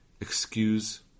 excuse